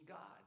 God